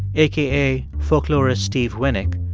aka folklorist steve winick,